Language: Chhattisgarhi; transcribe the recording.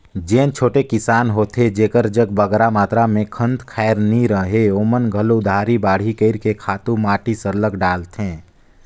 जेन छोटे किसान होथे जेकर जग बगरा मातरा में खंत खाएर नी रहें ओमन घलो उधारी बाड़ही कइर के खातू माटी सरलग डालथें